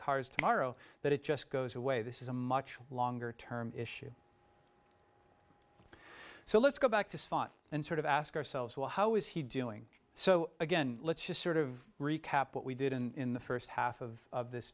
cars tomorrow that it just goes away this is a much longer term issue so let's go back to spot and sort of ask ourselves well how is he doing so again let's just sort of recap what we did in the first half of this